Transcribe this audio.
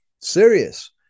serious